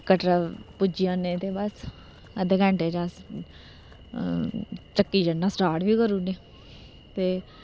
कटरा पुज्जी जन्ने ते बस अद्धा घैंटा च अस ढक्की चढ़ना स्टार्ट बी करी ओड़ने